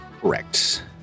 Correct